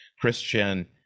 Christian